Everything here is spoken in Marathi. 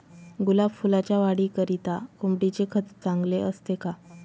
गुलाब फुलाच्या वाढीकरिता कोंबडीचे खत चांगले असते का?